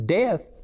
death